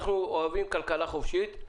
אנחנו אוהבים כלכלה חופשית,